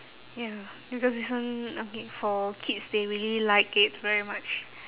ya because this one okay for kids they really like it very much